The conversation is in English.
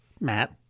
Matt